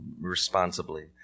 responsibly